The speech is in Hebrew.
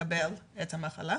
לחלות במחלה.